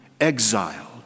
Exiled